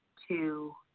two,